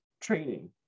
training